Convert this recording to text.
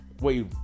Wait